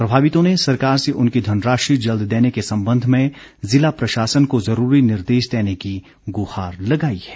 प्रभावितों ने सरकार से उनकी धनराशि जल्द देने के संबंध में जिला प्रशासन को जरूरी निर्देश देने की गुहार लगाई है